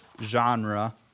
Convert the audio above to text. genre